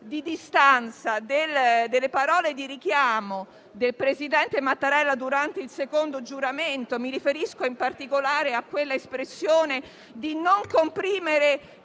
di distanza dalle parole di richiamo del presidente Mattarella pronunciate durante il secondo giuramento, e mi riferisco in particolare all'espressione di non comprimere